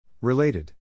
Related